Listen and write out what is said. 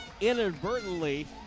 inadvertently